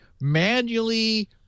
manually